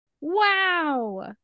wow